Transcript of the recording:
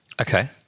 Okay